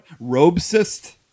Robesist